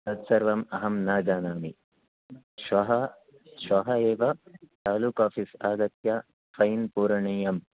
तत्सर्वम् अहं न जानामि श्वः श्वः एव तालूक् आफीस् आगत्य फैन् पूरणीयं